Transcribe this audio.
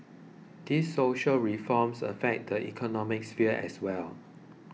these social reforms affect the economic sphere as well